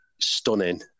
stunning